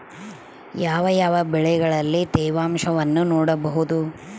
ಯಾವ ಯಾವ ಬೆಳೆಗಳಲ್ಲಿ ತೇವಾಂಶವನ್ನು ನೋಡಬಹುದು?